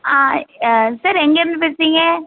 ஆ sir எங்கேயிருந்து பேசுகிறீங்க